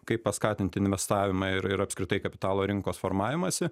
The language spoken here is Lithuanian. kaip paskatint investavimą ir ir apskritai kapitalo rinkos formavimąsi